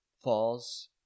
Falls